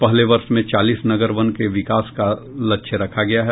पहले वर्ष में चालीस नगर वन के विकास का लक्ष्य रखा गया है